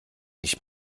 nicht